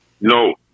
No